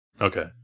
Okay